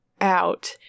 out